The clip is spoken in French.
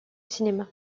cinéma